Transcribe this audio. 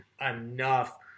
enough